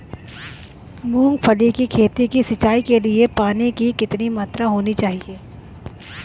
मूंगफली की खेती की सिंचाई के लिए पानी की कितनी मात्रा होनी चाहिए?